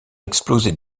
exploser